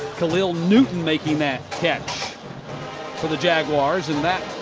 khalil newton making that catch for the jaguars. and that